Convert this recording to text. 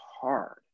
hard